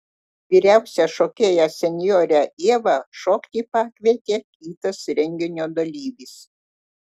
vyriausią šokėją senjorę ievą šokti pakvietė kitas renginio dalyvis